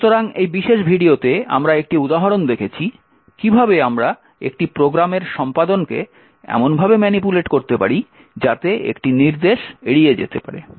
সুতরাং এই বিশেষ ভিডিওতে আমরা একটি উদাহরণ দেখেছি কীভাবে আমরা একটি প্রোগ্রামের সম্পাদনকে এমনভাবে ম্যানিপুলেট করতে পারি যাতে একটি নির্দেশ এড়িয়ে যেতে পারে